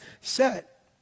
set